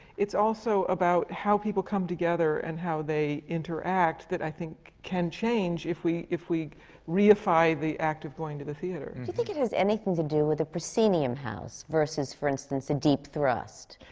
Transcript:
it's also about how people come together and how they interact that i think can change, if we if we reify the act of going to the theatre. do and you think it has anything to do with a proscenium house, versus, for instance, a deep thrust?